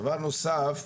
דבר נוסף,